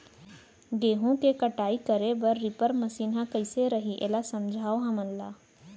गेहूँ के कटाई करे बर रीपर मशीन ह कइसे रही, एला समझाओ हमन ल?